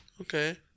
Okay